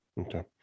Okay